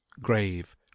grave